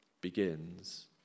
begins